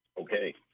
Okay